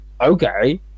okay